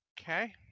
Okay